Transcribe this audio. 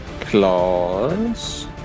claws